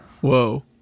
Whoa